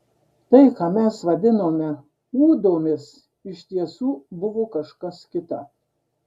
tai ką mes vadinome ūdomis iš tiesų buvo kažkas kita